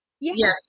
Yes